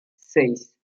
seis